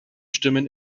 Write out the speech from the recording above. stimmen